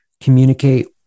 communicate